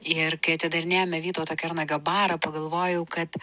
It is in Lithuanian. ir kai atidarinėjome vytauto kernagio barą pagalvojau kad